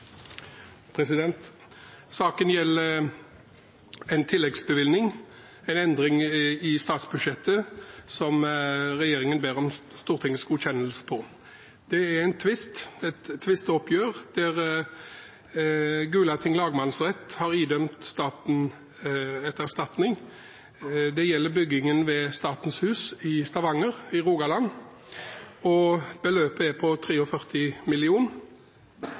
behandler saken nå. – Det anses vedtatt. Saken gjelder en tilleggsbevilgning, en endring i statsbudsjettet, som regjeringen ber om Stortingets godkjennelse på. Det er et tvisteoppgjør, der Gulating lagmannsrett har idømt staten erstatningsansvar. Det gjelder byggingen ved Statens hus i Stavanger. Beløpet er på